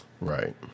Right